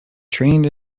trained